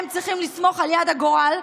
הם צריכים לסמוך על יד הגורל,